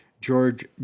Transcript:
George